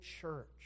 church